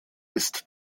ist